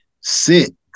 sit